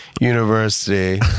University